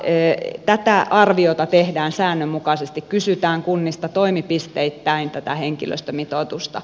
tätä arviota tehdään säännönmukaisesti kysytään kunnista toimipisteittäin tätä henkilöstömitoitusta